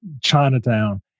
Chinatown